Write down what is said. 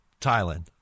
Thailand